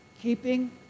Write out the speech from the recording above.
Keeping